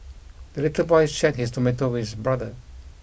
the little boy shared his tomato with his brother